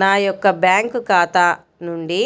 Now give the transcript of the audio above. నా యొక్క బ్యాంకు ఖాతా నుండి